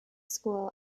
school